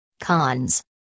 Cons